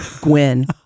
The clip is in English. Gwen